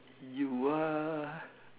you are